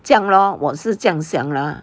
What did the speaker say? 这样 lor 我是这样想啦